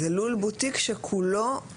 לול בוטיק שכולו 10 מטרים.